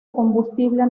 combustible